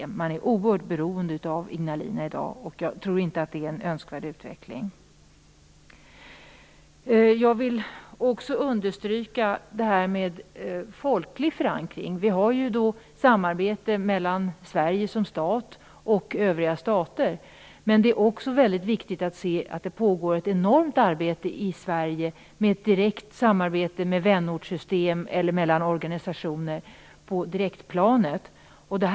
Även om man är oerhört beroende av Ignalina i dag, tror jag inte att den nuvarande utvecklingen är önskvärd. Jag vill också understryka den folkliga förankringen. Vi har ett samarbete mellan Sverige som stat och övriga stater, men Sverige bedriver också ett enormt direkt samarbete genom organisationer och inom ramen för vänortssystemet.